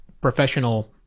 professional